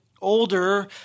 older